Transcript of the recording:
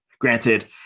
granted